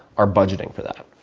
are budgeting for that.